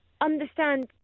understand